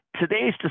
Today's